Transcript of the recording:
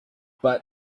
but